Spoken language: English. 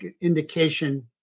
indication